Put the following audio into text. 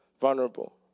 vulnerable